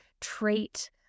trait